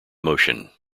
motion